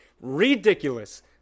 Ridiculous